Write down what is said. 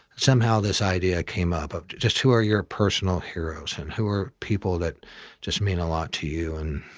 somehow this idea came up of just who are your personal heroes and who are people that just mean a lot to you? and